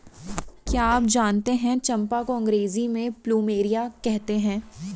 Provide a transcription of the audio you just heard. क्या आप जानते है चम्पा को अंग्रेजी में प्लूमेरिया कहते हैं?